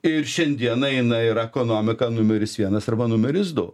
ir šiandieną jinai yra ekonomika numeris vienas arba numeris du